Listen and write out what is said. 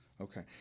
Okay